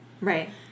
Right